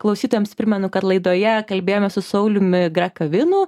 klausytojams primenu kad laidoje kalbėjome su sauliumi grakavinu